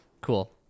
cool